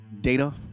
data